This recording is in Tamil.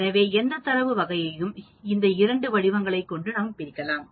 எனவே எந்த தரவு வகையையும் இந்த இரண்டு வடிவங்களாக பிரிக்கலாம்